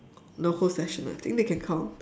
the whole session I think they can count